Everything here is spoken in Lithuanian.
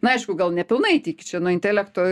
na aišku gal nepilnai taigi čia nuo intelekto